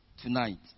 tonight